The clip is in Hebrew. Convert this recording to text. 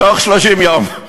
תוך 30 יום,